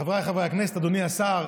חבריי חברי הכנסת, אדוני השר.